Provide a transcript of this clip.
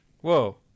Whoa